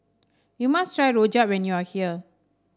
you must try rojak when you are here